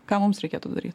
ką mums reikėtų daryt